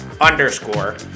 underscore